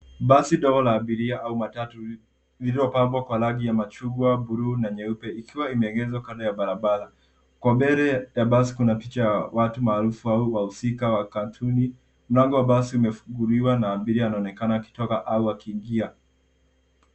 Basi dogo la abiria au matatu lililopakwa kwa rangi, ya machungwa, blue na nyeupe ikiwa imeegezwa kando ya barabara. Kwa mbele, ya basi kuna picha ya watu maarufu, au wahusika wa katuni. Mlango wa basi umefunguliwa na abiria anaonekana akitoka au akiingia.